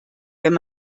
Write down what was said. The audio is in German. wenn